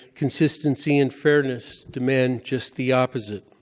consistency and fairness demand just the opposite,